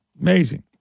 Amazing